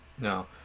No